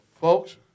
folks